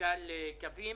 מנכ"ל קווים.